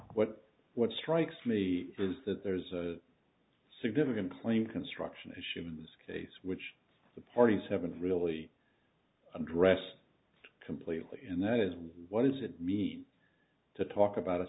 what what strikes me is that there's a significant claim construction issue in this case which the parties haven't really addressed completely and that is what does it mean to talk about a